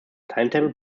timetable